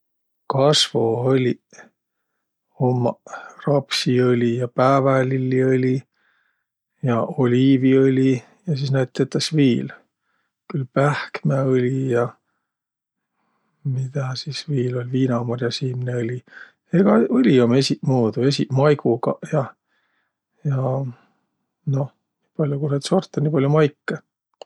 Kasvoõliq ummaq rapsiõli ja päävälilliõli ja oliiviõli, ja sis näid tetäs viil: pähkmäõli ja midä sis viil, viinamar'asiimneõli. Egä õli um esiqmuudu, esiq maigugaq ja. Ja noh nii pall'o ku naid sortõ, nii pall'o maikõ.